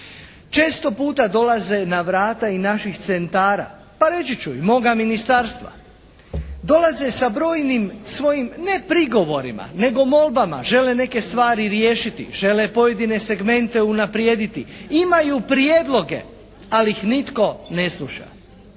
Često puta dolaze na vrata i naših centara, pa reći ću i moga Ministarstva. Dolaze sa brojnim svojim ne prigovorima nego molbama. Žele neke stvari riješiti. Žele pojedine segmente unaprijediti. Imaju prijedloge ali ih nitko ne sluša.